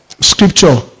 Scripture